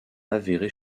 avéré